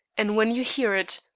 and when you hear it,